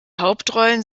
hauptrollen